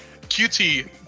QT